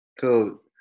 Cool